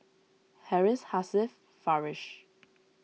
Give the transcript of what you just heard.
Harris Hasif Farish